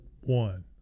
one